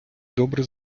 добре